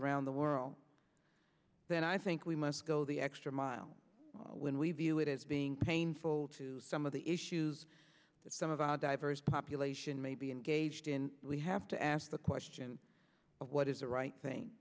around the world then i think we must go the extra mile when we view it as being painful to some of the issues that some of our diverse population may be engaged in we have to ask the question of what is the right thing